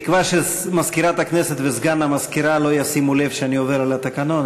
בתקווה שמזכירת הכנסת וסגן המזכירה לא ישימו לב שאני עובר על התקנון,